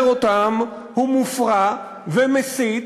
מי שאומר אותם הוא מופרע, ומסית,